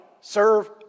serve